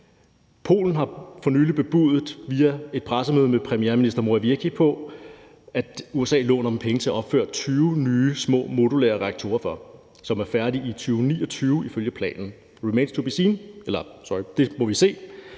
Polen har for nylig ved et pressemøde med premierminister Morawiecki bebudet, at USA låner dem penge til at opføre 20 nye små modulære reaktorer, som er færdige i 2029 ifølge planen – it remains to be seen, eller, sorry, det må vi se.